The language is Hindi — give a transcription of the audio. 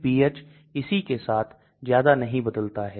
तो आप LogP का अनुमान कैसे लगाते हैं